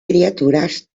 criatures